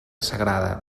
sagrada